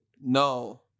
No